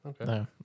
okay